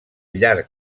llarg